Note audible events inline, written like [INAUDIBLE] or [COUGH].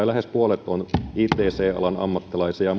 [UNINTELLIGIBLE] lähes puolet on ict alan ammattilaisia [UNINTELLIGIBLE]